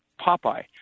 Popeye